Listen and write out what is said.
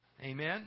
Amen